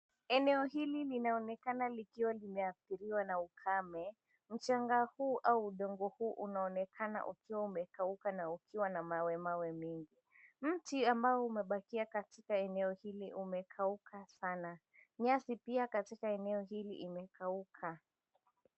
Eneo hili linaonekana likiwa limeathiriwa na ukame. Mchanga huu au udongo huu unaonekana ukiwa umekauka na ukiwa na mawe mawe mingi. Mti ambao umebakia katika eneo hili umekauka sana. Nyasi pia katika eneo hili imekauka.